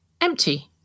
empty